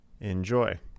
Enjoy